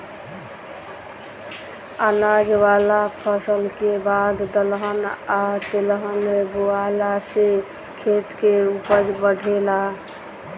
अनाज वाला फसल के बाद दलहन आ तेलहन बोआला से खेत के ऊपज बढ़ेला